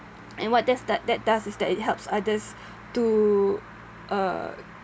and what that does that does is that it helps others to uh